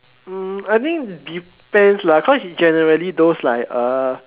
mm I think depends cause like in generally those like uh